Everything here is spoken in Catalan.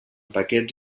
paquets